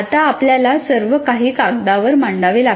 आता आपल्याला सर्व काही कागदावर मांडावे लागते